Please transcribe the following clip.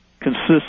consists